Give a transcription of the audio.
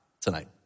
tonight